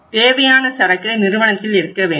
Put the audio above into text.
தேவையான சரக்கு நிறுவனத்தில் இருக்க வேண்டும்